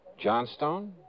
Johnstone